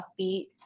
upbeat